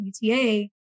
UTA